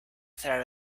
throw